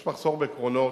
יש מחסור בקרונות,